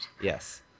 Yes